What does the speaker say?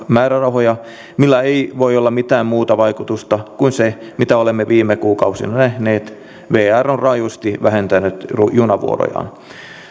määrärahoja millä ei voi olla mitään muuta vaikutusta kuin se mitä olemme viime kuukausina nähneet vr on rajusti vähentänyt junavuorojaan